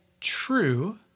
true